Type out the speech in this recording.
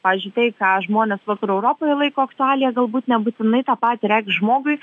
pavyzdžiui tai ką žmonės vakarų europoje laiko aktualija galbūt nebūtinai tą patį reikš žmogui